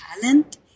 talent